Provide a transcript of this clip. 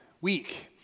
week